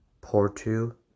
Porto